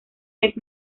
vez